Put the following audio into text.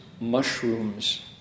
mushrooms